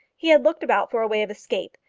he had looked about for a way of escape,